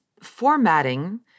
formatting